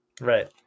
Right